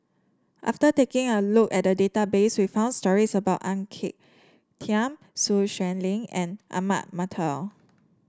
after taking a look at the database we found stories about Ang Peng Tiam Sun Xueling and Ahmad Mattar